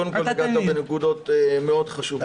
קודם כול נגעת בנקודות מאוד חשובות.